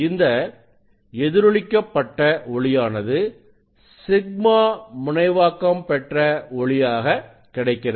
இந்த எதிரொளிக்கப் பட்ட ஒளியானது σ முனைவாக்கம் பெற்ற ஒளியாக கிடைக்கிறது